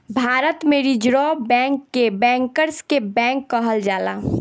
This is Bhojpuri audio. भारत में रिज़र्व बैंक के बैंकर्स के बैंक कहल जाला